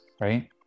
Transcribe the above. right